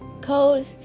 code